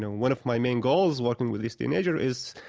one of my main goals working with these teenagers is,